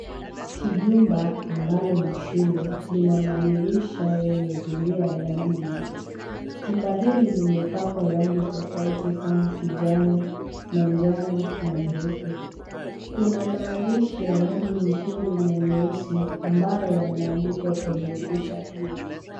Kijumba ambalo ni shule lina madirisha yenye zulia ya rangi nyeupe. Jumba hili limepakwa rangi tofauti kama kijani, manjano na nyeupe kuna maandishi ya rangi nyekundu na nyeusi ambayo yameandikwa kwenye ukuta hiyo.